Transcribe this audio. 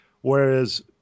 whereas